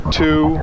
two